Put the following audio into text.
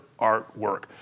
artwork